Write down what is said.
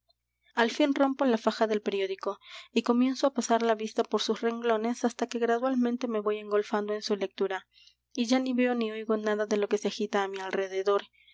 al fin rompo la faja del periódico y comienzo á pasar la vista por sus renglones hasta que gradualmente me voy engolfando en su lectura y ya ni veo ni oigo nada de lo que se agita á mi alrededor